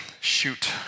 Shoot